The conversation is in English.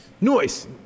Noise